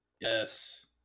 yes